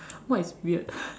what is weird